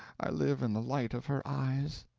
i live in the light of her eyes!